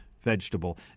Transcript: vegetable